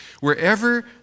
Wherever